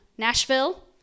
Nashville